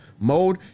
mode